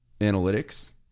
analytics